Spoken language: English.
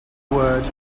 word